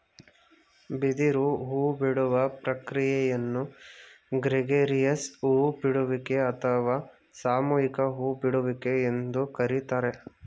ಬಿದಿರು ಹೂಬಿಡುವ ಪ್ರಕ್ರಿಯೆಯನ್ನು ಗ್ರೆಗೇರಿಯಸ್ ಹೂ ಬಿಡುವಿಕೆ ಅಥವಾ ಸಾಮೂಹಿಕ ಹೂ ಬಿಡುವಿಕೆ ಎಂದು ಕರಿತಾರೆ